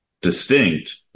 distinct